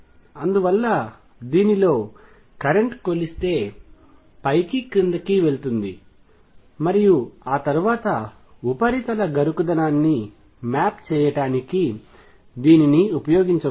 అందువల్ల దీనిలో కరెంట్ కొలిస్తే పైకి క్రిందికి వెళుతుంది మరియు ఆ తరువాత ఉపరితల గరుకుదనాన్ని మ్యాప్ చేయడానికి దీనిని ఉపయోగించవచ్చు